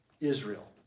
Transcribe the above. Israel